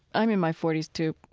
i'm in my forty s too.